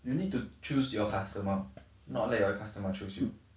you need to choose your customer not let your customer choose you